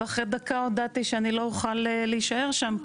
ואחרי דקה הודעתי שאני לא אוכל להישאר שם,